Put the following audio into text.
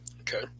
okay